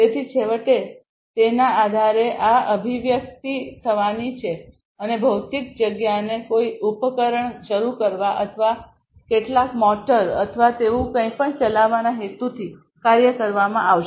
તેથી છેવટે તેના આધારે આ અભિવ્યક્તિ થવાની છે અને ભૌતિક જગ્યાને કોઈ ઉપકરણ શરૂ કરવા અથવા કેટલાક મોટર અથવા તેવું કંઈપણ ચલાવવાના હેતુથી કાર્ય કરવામાં આવશે